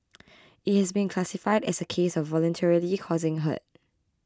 it has been classified as a case of voluntarily causing hurt